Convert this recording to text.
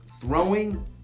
throwing